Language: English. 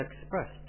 expressed